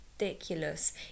ridiculous